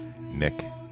Nick